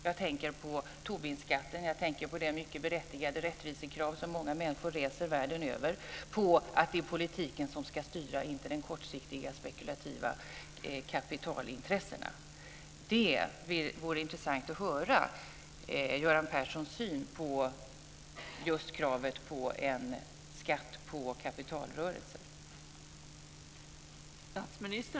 Jag tänker på Tobinskatten och det mycket berättigade rättvisekrav som många människor världen över reser på att det är politiken som ska styra, inte de kortsiktiga spekulativa kapitalintressena. Det vore intressant att få besked om Göran Perssons syn på kravet på en skatt på kapitalrörelser.